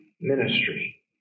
ministry